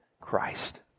Christ